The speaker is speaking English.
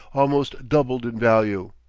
almost doubled in value.